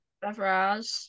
Beverage